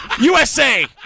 USA